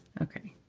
ok.